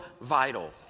vital